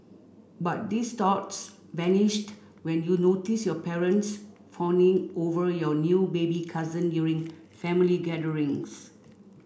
but these thoughts vanished when you notice your parents fawning over your new baby cousin during family gatherings